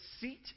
seat